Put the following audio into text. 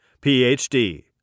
Ph.D